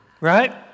right